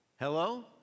Hello